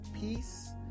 peace